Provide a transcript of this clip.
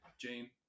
Jane